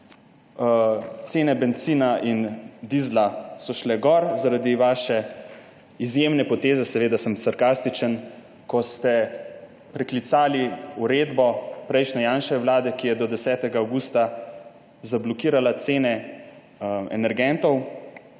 cene bencina in dizla so šle gor zaradi vaše izjemne poteze – seveda sem sarkastičen – ko ste preklicali uredbo prejšnje, Janševe vlade, ki je do 10. avgusta zablokirala cene energentov,